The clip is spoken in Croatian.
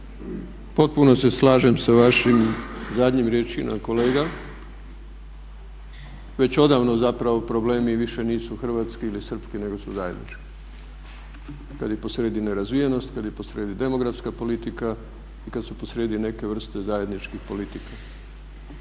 Potpuno se slažem sa vašim zadnjim riječima kolega. Već odavno zapravo problemi više nisu hrvatski ili srpski nego su zajednički kada je posrijedi nerazvijenost, kada je posrijedi demografska politika, kada su po srijedi neke vrste zajedničkih politika.